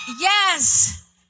Yes